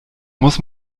muss